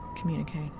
communicate